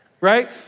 Right